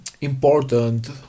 important